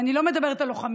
ואני לא מדברת על לוחמים,